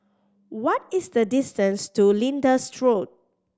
what is the distance to Lyndhurst Road